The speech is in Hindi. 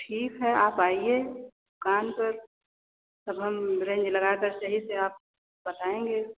ठीक है आप आइए दुकान पर तब हम रेंज लगाकर सही से आपको बताएंगे